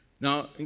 Now